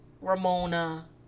Ramona